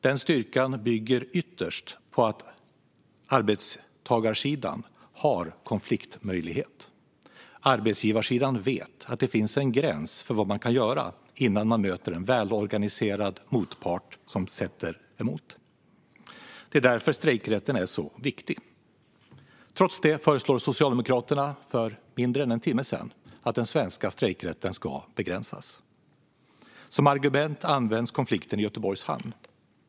Denna styrka bygger ytterst på att arbetstagarsidan har konfliktmöjlighet. Arbetsgivarsidan vet att det finns en gräns för vad man kan göra innan man möter en välorganiserad motpart som sätter emot. Det är därför strejkrätten är så viktig. Trots detta lade Socialdemokraterna för mindre än en timme sedan fram ett förslag om att den svenska strejkrätten ska begränsas. Som argument används konflikten i Göteborgs hamn.